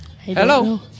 Hello